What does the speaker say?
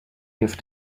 give